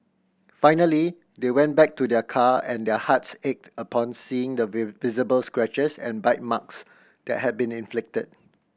finally they went back to their car and their hearts ached upon seeing the visible scratches and bite marks that had been inflicted